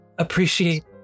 Appreciate